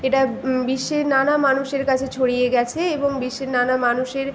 এটা বিশ্বের নানা মানুষের কাছে ছড়িয়ে গেছে এবং বিশ্বের নানা মানুষের